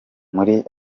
muri